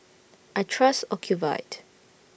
I Trust Ocuvite